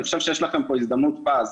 אני חושב שיש לכם פה הזדמנות פז,